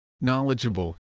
knowledgeable